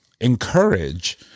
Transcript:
encourage